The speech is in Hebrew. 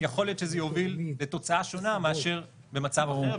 יכול להיות שזה יוביל לתוצאה שונה מאשר במצב אחר.